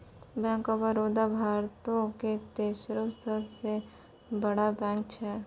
bank of Baroda भारतो के तेसरो सभ से बड़का बैंक छै